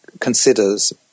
considers